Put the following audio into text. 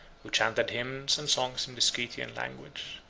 who chanted hymns and songs in the scythian language.